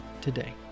today